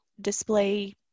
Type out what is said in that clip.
display